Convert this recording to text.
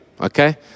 okay